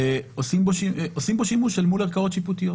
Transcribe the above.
עושים בו שימוש אל מול ערכאות שיפוטיות.